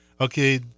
okay